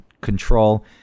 control